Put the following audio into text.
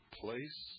place